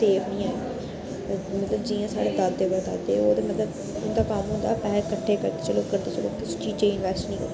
safe नेईं ऐ मतलब जियां साढ़े दादे परदादे हे ओह् ते मतलब उन्दा कम्म होंदा हा पैहे किट्ठे करचै लेकिन तुस इनवेस्ट नेईं करो